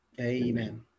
Amen